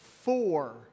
Four